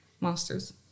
masters